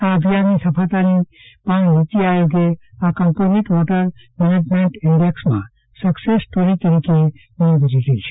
આ અભિયાનની સફળતાની પજ્ઞ નીતિ આયોગે આ કમ્પોઝિટ વોટર મેનેજમેન્ટ ઇન્ડેક્ષમાં સકસેસ સ્ટોરી તરીકે નોંધ લીધી છે